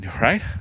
right